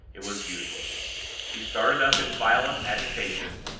it was useless she started up in violent agitation,